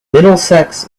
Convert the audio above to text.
middlesex